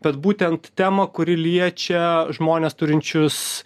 bet būtent temą kuri liečia žmones turinčius